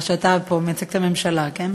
שאתה פה מייצג את הממשלה, כן?